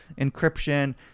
encryption